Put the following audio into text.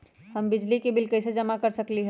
हम बिजली के बिल कईसे जमा कर सकली ह?